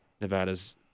Nevada's